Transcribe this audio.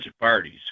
parties